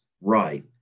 right